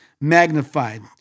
magnified